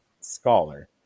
scholar